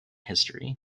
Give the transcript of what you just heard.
history